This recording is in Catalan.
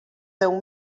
déu